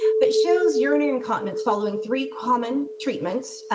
but shows urinary incontinence, following three, common treatments,